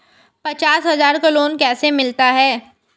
पचास हज़ार का लोन कैसे मिलता है?